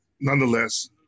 nonetheless